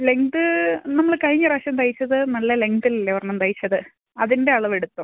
length നമ്മൾ കഴിഞ്ഞ പ്രാവശ്യം തയ്ച്ചത് നല്ല ലെഗ്തിൽ അല്ലേ ഒരെണ്ണം തയ്ച്ചത് അതിന്റെ അളവ് എടുത്താൽ